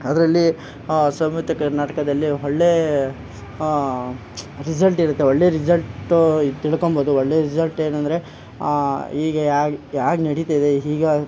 ಅದರಲ್ಲಿ ಸಂಯುಕ್ತ ಕರ್ನಾಟಕದಲ್ಲಿ ಒಳ್ಳೆ ರಿಸಲ್ಟ್ ಇರುತ್ತೆ ಒಳ್ಳೆ ರಿಸಲ್ಟು ತಿಳ್ಕೊಬೋದು ಒಳ್ಳೆ ರಿಸಲ್ಟ್ ಏನಂದರೆ ಹೀಗೆ ಆಗ ಹೇಗ್ ನಡೀತ್ತಿದೆ ಈಗ